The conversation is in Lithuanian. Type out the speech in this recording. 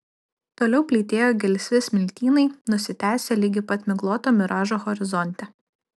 toliau plytėjo gelsvi smiltynai nusitęsę ligi pat migloto miražo horizonte